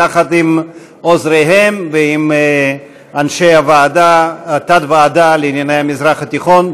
יחד עם עוזריהם ועם אנשי התת-ועדה לענייני המזרח התיכון,